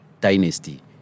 dynasty